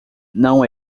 não